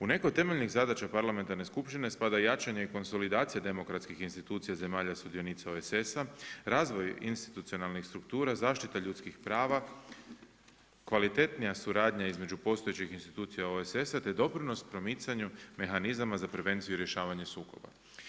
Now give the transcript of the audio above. U nekoj od temeljnih zadaća parlamentarne skupštine spada jačanje i konsolidacija demokratskih institucija zemalja sudionica OESS-a, razvoj institucionalnih struktura, zaštita ljudskih prava, kvalitetnija suradnja između postojećih institucija OESS-a te doprinos promicanju mehanizama za prevenciju rješavanja sukoba.